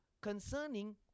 concerning